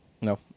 No